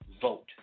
vote